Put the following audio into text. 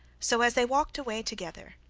so as they walked away together,